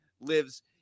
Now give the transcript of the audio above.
lives